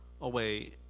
away